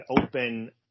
open